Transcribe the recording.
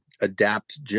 adapt